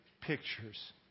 pictures